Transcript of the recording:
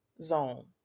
zone